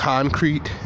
Concrete